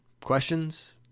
questions